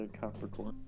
Capricorn